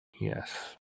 Yes